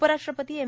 उपराष्ट्रपती एम